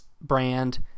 brand